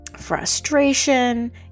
frustration